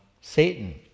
Satan